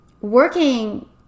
working